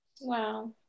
Wow